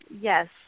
Yes